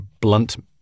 blunt